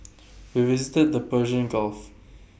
we visited the Persian gulf